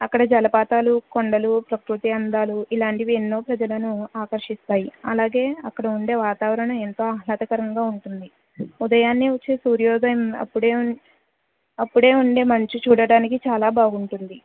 అక్కడ జలపాతాలు కొండలు ప్రకృతి అందాలు ఇలాంటివి ఎన్నో ప్రజలను ఆకర్షిస్తాయి అలాగే అక్కడ ఉండే వాతావరణం ఎంతో ఆహ్లదకరంగా ఉంటుంది ఉదయాన్నే వచ్చే సూర్యోదయం అప్పుడే ఉం అప్పుడే ఉండే మంచు చూడడానికి చాలా బాగుంటుంది